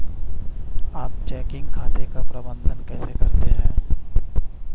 आप चेकिंग खाते का प्रबंधन कैसे करते हैं?